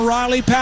Riley